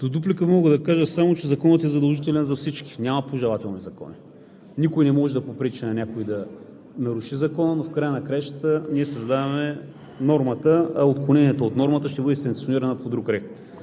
Като дуплика мога да кажа само, че Законът е задължителен за всички, няма пожелателни закони. Никой не може да попречи на някого да наруши Закона, но в края на краищата ние създаваме нормата, а отклоненията от нормата ще бъдат санкционирани по друг ред.